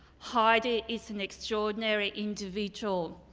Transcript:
heidi is an extraordinary individual,